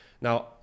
now